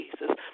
Jesus